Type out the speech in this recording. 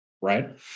right